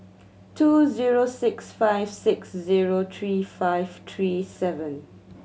two zero six five six zero three five three seven